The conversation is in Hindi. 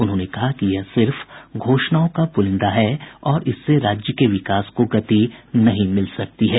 उन्होंने कहा कि यह सिर्फ घोषणाओं का पुलिंदा है और इससे राज्य के विकास को गति नहीं मिल सकती है